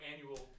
annual